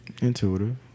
Intuitive